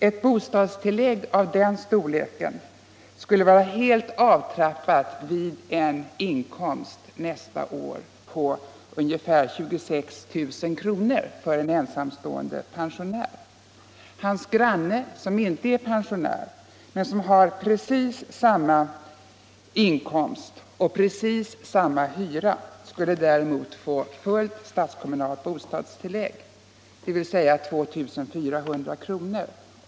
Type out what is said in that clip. Ett bostadstillägg av den storleken skulle vara helt avtrappat vid en inkomst nästa år på ungefär 26 000 kr. för en ensamstående pensionär. Hans granne, som inte är pensionär men som har precis samma inkomst och precis samma hyra, skulle däremot få fullt statskommunalt bostadstillägg, dvs. 2 400 kr.